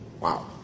Wow